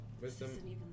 Wisdom